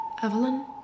Evelyn